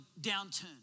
downturn